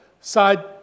side